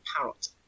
parrot